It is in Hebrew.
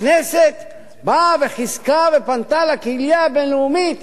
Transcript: הכנסת באה, חיזקה ופנתה לקהילה הבין-לאומית